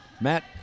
Matt